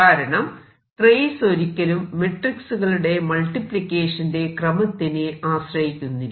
കാരണം 'ട്രേസ്' ഒരിക്കലും മെട്രിക്സുകളുടെ മൾട്ടിപ്ലിക്കേഷന്റെ ക്രമത്തിനെ ആശ്രയിക്കുന്നില്ല